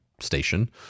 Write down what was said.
station